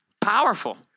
Powerful